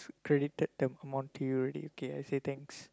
credited the amount to you already okay I say thanks